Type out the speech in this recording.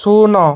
ଶୂନ